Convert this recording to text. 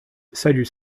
salut